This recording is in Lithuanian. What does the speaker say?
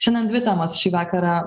šiandien dvi temos šį vakarą